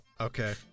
Okay